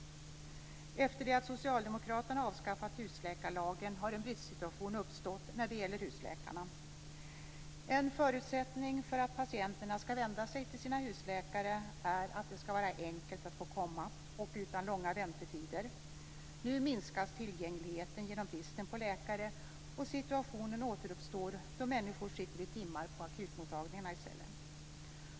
Efter det att socialdemokraterna har avskaffat husläkarlagen har en bristsituation uppstått när det gäller husläkarna. En förutsättning för att patienterna skall vända sig till sina husläkare är att det skall vara enkelt att få komma till mottagningen utan långa väntetider. Nu minskas tillgängligheten genom bristen på läkare, och situationen återuppstår då människor sitter i timmar på akutmottagningarna i stället.